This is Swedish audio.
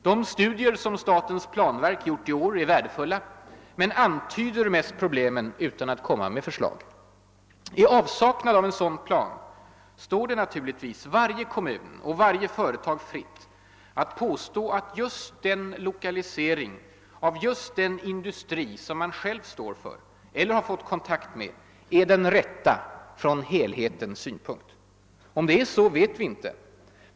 De studier som statens planverk gjort i år är värdefulla men antyder mest problemen utan att utmynna i förslag. I avsaknad av en sådan plan står det naturligtvis varje kommun och varje företag fritt att påstå att just den lokalisering av just den industri som man själv står för eller fått kontakt med är den rätta från helhetens synpunkt. Om det är så, vet vi inte.